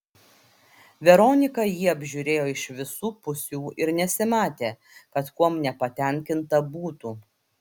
veronika jį apžiūrėjo iš visų pusių ir nesimatė kad kuom nepatenkinta būtų